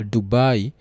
Dubai